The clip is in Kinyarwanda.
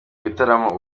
ibitaramo